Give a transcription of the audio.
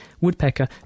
Woodpecker